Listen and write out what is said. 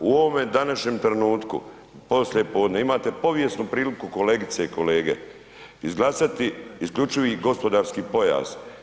U ovome današnjem trenutku poslije podne, imate povijesnu priliku kolegice i kolege izglasati isključivi gospodarski pojas.